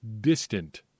distant